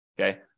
Okay